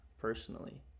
personally